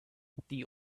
the